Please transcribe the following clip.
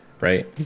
Right